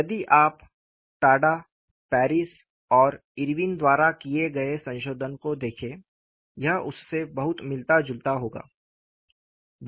यदि आप Tada Paris और इरविन द्वारा किए गए संशोधन को देखें यह उससे बहुत मिलता जुलता होगा